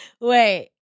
wait